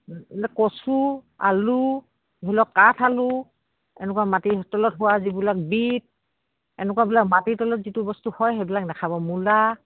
কচু আলু ধৰি লওক কাঠ আলু এনেকুৱা মাটিৰ তলত হোৱা যিবিলাক বিট এনেকুৱাবিলাক মাটিৰ তলত যিটো বস্তু হয় সেইবিলাক নেখাব মূলা